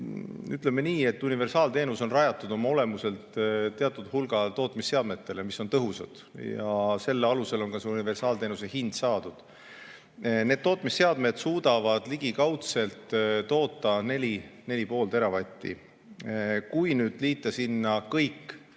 Ütleme nii, et universaalteenus oma olemuselt on rajatud teatud hulgale tootmisseadmetele, mis on tõhusad, ja selle alusel on universaalteenuse hind saadud. Need tootmisseadmed suudavad ligikaudselt toota 4 või 4,5 teravatti. Kui liita sinna kõik,